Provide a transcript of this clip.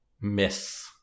Miss